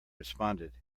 responded